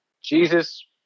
jesus